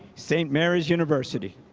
saint mary's university.